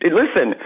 listen